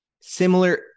similar